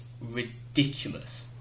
ridiculous